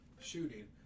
shooting